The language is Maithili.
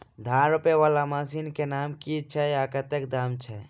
धान रोपा वला मशीन केँ नाम की छैय आ कतेक दाम छैय?